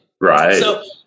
Right